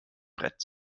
brett